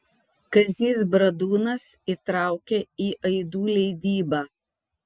kazys bradūnas įtraukė į aidų leidybą